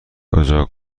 اجاق